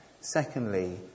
secondly